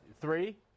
Three